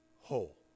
whole